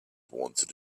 wanted